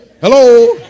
hello